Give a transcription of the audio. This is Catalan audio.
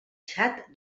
txad